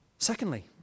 Secondly